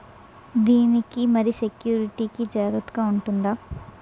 దీని కి మరి సెక్యూరిటీ జాగ్రత్తగా ఉంటుందా?